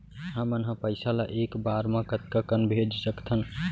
हमन ह पइसा ला एक बार मा कतका कन भेज सकथन?